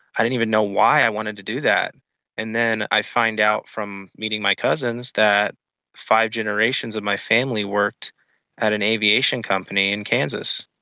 i didn't even know why i wanted to do that and then i find out from meeting my cousins that five generations of my family worked at an aviation company in kansas.